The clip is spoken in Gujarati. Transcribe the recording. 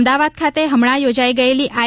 અમદાવાદ ખાતે હમણાં યોજાઇ ગયેલી આઈ